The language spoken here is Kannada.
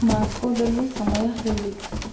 ಮಾಸ್ಕೋದಲ್ಲಿ ಸಮಯ ಹೇಳಿ